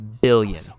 billion